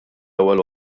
ewwel